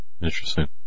Interesting